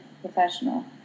professional